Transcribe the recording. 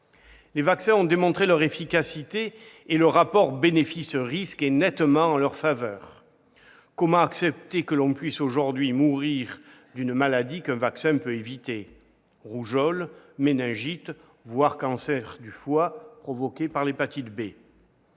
Les vaccins ont démontré leur efficacité et le rapport bénéfice-risque est nettement en leur faveur. Comment accepter que l'on puisse aujourd'hui mourir d'une maladie qu'un vaccin peut éviter : rougeole, méningite, cancer du foie causé par l'hépatite B ?